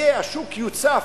השוק יוצף,